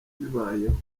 bibayeho